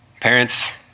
Parents